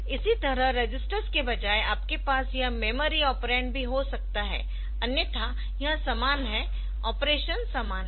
इसी तरह रजिस्टर्स के बजाय आपके पास यह मेमोरी ऑपरेंड भी हो सकता है अन्यथा यह समान है ऑपरेशन समान है